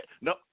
no